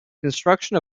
construction